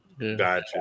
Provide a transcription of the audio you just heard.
Gotcha